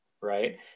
right